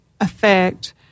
affect